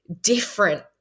different